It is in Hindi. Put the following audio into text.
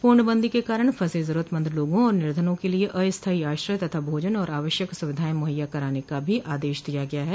पूर्णबंदी के कारण फंसे जरूरतमंद लोगों और निर्धनों के लिए अस्थायी आश्रय तथा भोजन और आवश्यक सुविधाएं मुहैया कराने का भी आदेश दिया गया है